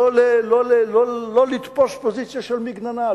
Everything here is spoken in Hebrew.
לא לתפוס פוזיציה של מגננה,